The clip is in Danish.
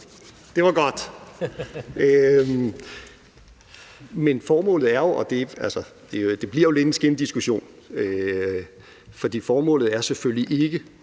Det var godt. Det bliver jo lidt en skindiskussion, for formålet er selvfølgelig ikke